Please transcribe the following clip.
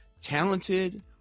talented